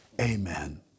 Amen